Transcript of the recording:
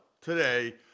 today